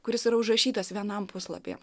kuris yra užrašytas viena puslapyje